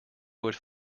would